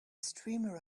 streamer